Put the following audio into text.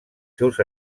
seus